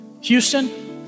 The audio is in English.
Houston